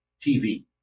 TV